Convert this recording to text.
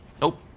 Nope